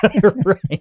Right